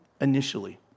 initially